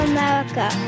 America